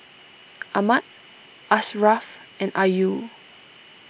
Ahmad Ashraff and Ayu